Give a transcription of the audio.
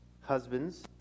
Husbands